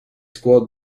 squad